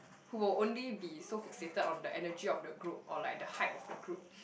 who will only be so fascinated on the energy of the group or like the height of the group